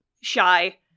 shy